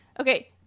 Okay